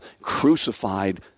crucified